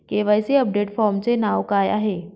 KYC update फॉर्मचे नाव काय आहे?